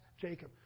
Jacob